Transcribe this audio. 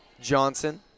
Johnson